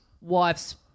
wife's –